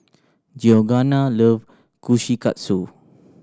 Georganna love Kushikatsu